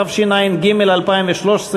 התשע"ג 2013,